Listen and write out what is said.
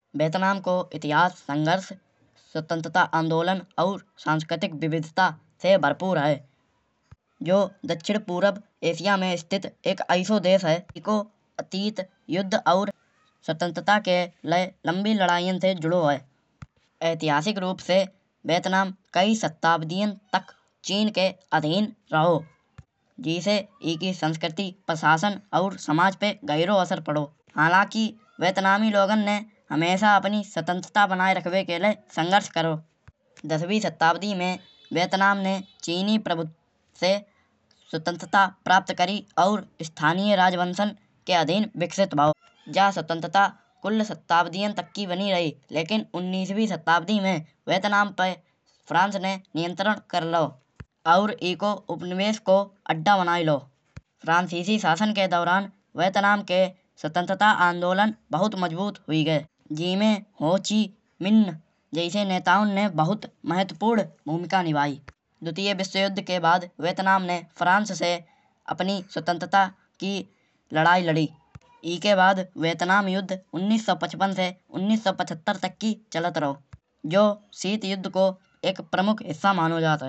वियतनाम को इतिहास संघर्ष स्वतंत्रता आंदोलन और सांस्कृतिक विविधता से भरपूर है। जो दक्षिण पूर्व एशिया में स्थित एक ऐसो देश है। एको अतीत युद्ध और स्वतंत्रता के लाए लंबी लड़ाइयाँ ते जुड़ो है। ऐतिहासिक रूप से वियतनाम कई शताब्दियाँ तक चीन के अधीन रहो। जेसे एकी संस्कृति, प्रशासन और समाज पे गाहिरो असर पड़ो। हालांकि वियतनामी लोगन ने हमेशा अपनी स्वतंत्रता बनाए रखिबे के लाए संघर्ष करो। दसवीं शताब्दी में वियतनाम ने चीनी प्रभुत्व ते स्वतंत्रता प्राप्त करी। और स्थानीय राजवंशन के अधीन विकसित भाओ। जा स्वतंत्रता कुल्ल शताब्दियाँ तक की बनी रही। लेकिन उन्नीसवीं शताब्दी में वियतनाम पे फ्रांस ने नियंत्रण कर लाओ। और एको उपनिवेश को अड्डा बनाए लाओ। फ्रांसीसी शासन के दौरान वियतनाम के स्वतंत्रता आंदोलन बहुत मजबूत हुई गए। जेमें होची मिन जैसे नेताओं ने बहुत महत्वपूर्ण भूमिका निभाई। द्वितीय विश्व युद्ध के बाद वियतनाम ने फ्रांस ने अपनी स्वतंत्रता की लड़ाई लड़ी। एको बाद वियतनाम युद्ध उन्नीस सौ पचपन से उन्नीस सौ पचहत्तर तक की चलत रहो। जो शीत युद्ध को प्रमुख हिस्सा मानो जात है।